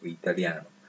italiano